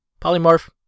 Polymorph